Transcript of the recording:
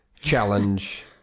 challenge